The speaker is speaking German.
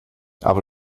aber